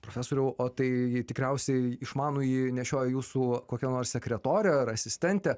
profesoriau o tai tikriausiai išmanųjį nešioja jūsų kokia nors sekretorė ar asistentė